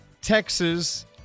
Texas